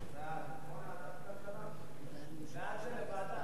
ההצעה להעביר את הנושא לוועדת